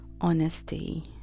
honesty